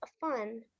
fun